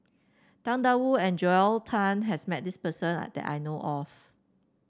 Tang Da Wu and Joel Tan has met this person and that I know of